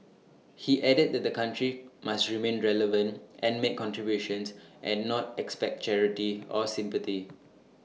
he added that the country must remain relevant and make contributions and not expect charity or sympathy